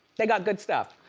they got good stuff.